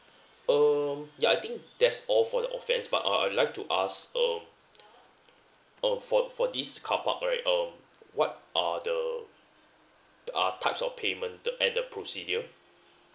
um ya I think that's all for the offence but uh I would like to ask um um for for this carpark right um what are the t~ ah types of payment to and the procedure